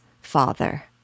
father